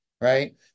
right